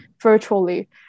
virtually